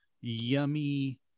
yummy